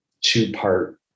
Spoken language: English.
two-part